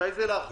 מתי זה לאחרונה?